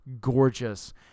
gorgeous